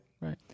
Right